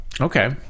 Okay